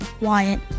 Wyatt